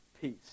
peace